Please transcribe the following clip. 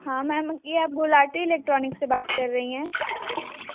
हाँ मैम ये आप गुलाटी इलेक्ट्रॉनिक से बात कर रही हैं